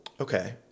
Okay